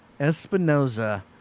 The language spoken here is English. Espinoza